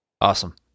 Awesome